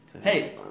Hey